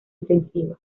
intensiva